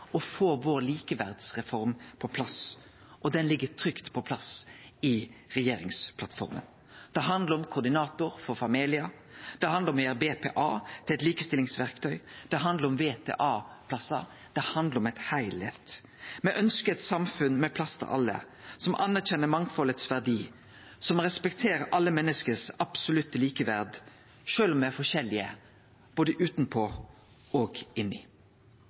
å få likeverdsreforma vår på plass, og den ligg trygt på plass i regjeringsplattforma. Det handlar om koordinator for familiar, det handlar om å gjere BPA til eit likestillingsverktøy, det handlar om VTA-plassar, det handlar om ein heilskap. Me ønskjer eit samfunn med plass til alle, som anerkjenner verdien av mangfald, som respekterer alle menneske sitt absolutte likeverd, sjølv om me er forskjellige både utanpå og inni.